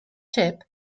ship